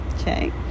okay